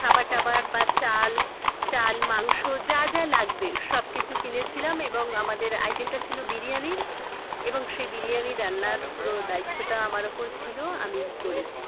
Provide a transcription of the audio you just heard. খাবার টাবার বা চাল চাল মাংস যা যা লাগবে সব কিচু কিনেছিলাম এবং আমাদের আইটেমটা ছিলো বিরিয়ানির এবং সেই বিরিয়ানি রান্নার পুরো দায়িত্বটা আমার ওপর ছিলো আমি করেছি